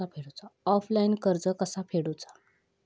Offline कर्ज कसा फेडूचा?